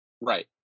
Right